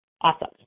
awesome